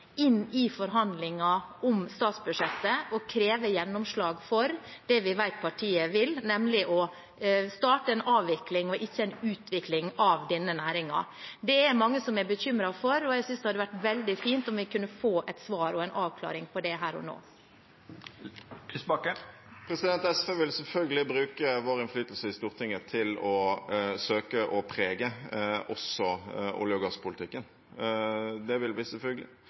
inn i forhandlinger om statsbudsjettet og kreve gjennomslag for det vi vet partiet vil, nemlig å starte en avvikling og ikke en utvikling av denne næringen? Det er det mange som er bekymret for, og jeg synes det hadde vært veldig fint om vi kunne få et svar og en avklaring på det her og nå. SV vil selvfølgelig bruke sin innflytelse i Stortinget til å søke å prege også olje- og gasspolitikken. Det vil vi selvfølgelig.